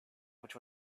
which